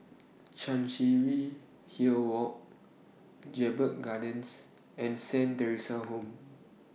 Chancery Hill Walk Jedburgh Gardens and Saint Theresa's Home